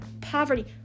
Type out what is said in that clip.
poverty